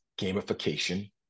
gamification